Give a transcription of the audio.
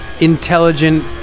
intelligent